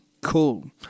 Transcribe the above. cool